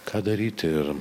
ką daryti ir